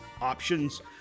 options